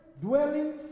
dwelling